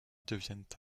deviennent